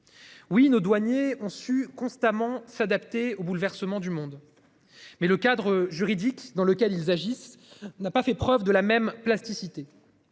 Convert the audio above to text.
Oui, nos douaniers ont su constamment s'adapter au bouleversement du monde. Mais le cadre juridique dans lequel ils agissent n'a pas fait preuve de la même plasticité.